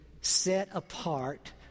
set-apart